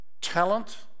talent